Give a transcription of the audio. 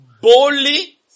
boldly